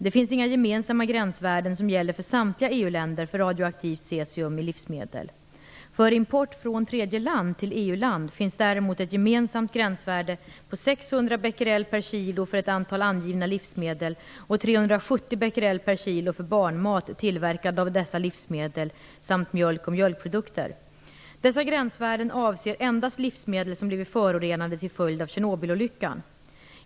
Det finns inga gemensamma gränsvärden som gäller för samtliga EU-länder för radioaktivt cesium i livsmedel. För import från tredje land till EU-land finns däremot ett gemensamt gränsvärde på Dessa gränsvärden avser endast livsmedel som blivit förorenade till följd av Tjernobylolyckan.